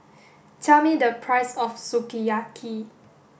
tell me the price of Sukiyaki